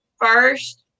first